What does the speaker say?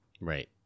Right